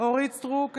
אורית מלכה סטרוק,